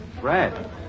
Fred